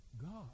God